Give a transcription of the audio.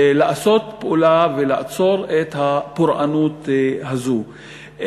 לעשות פעולה ולעצור את הפורענות הזאת,